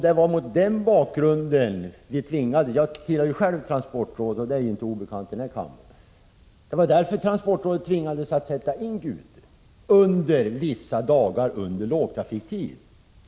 Det var mot den bakgrunden -— jag är själv ledamot av transportrådet, och det är ju inte obekant här i kammaren — vi tvingades att sätta in Gute under vissa dagar på lågtrafiktid.